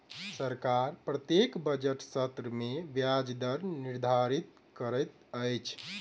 सरकार प्रत्येक बजट सत्र में ब्याज दर निर्धारित करैत अछि